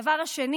הדבר השני